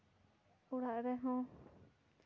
ᱚᱲᱟᱜ ᱨᱮᱦᱚᱸ